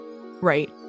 right